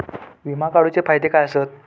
विमा काढूचे फायदे काय आसत?